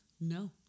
No